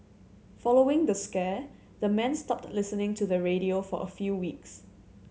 following the scare the men stopped listening to the radio for a few weeks